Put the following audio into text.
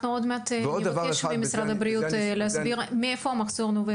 אנחנו עוד מעט נבקש ממשרד הבריאות להסביר מאיפה המחסור נובע.